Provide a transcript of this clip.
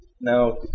Now